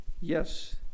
Yes